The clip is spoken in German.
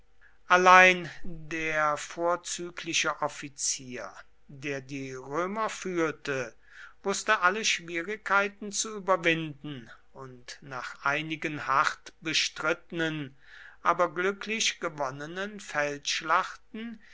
allein der vorzügliche offizier der die römer führte wußte alle schwierigkeiten zu überwinden und nach einigen hart bestrittenen aber glücklich gewonnenen